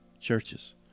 churches